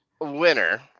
winner